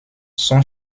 son